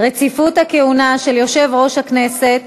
(רציפות הכהונה של יושב-ראש הכנסת),